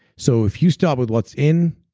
so if you start with what's in,